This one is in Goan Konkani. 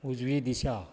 उजवी दिशा